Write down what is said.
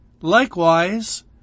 Likewise